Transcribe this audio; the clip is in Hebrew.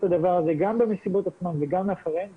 הדבר הזה גם במסיבות עצמן וגם אחריהן,